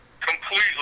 completely